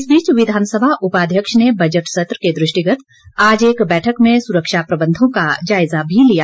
इस बीच विधानसभा उपाध्यक्ष ने बजट सत्र के दृष्टिगत आज एक बैठक में सुरक्षा प्रबंधों का जायज़ा लिया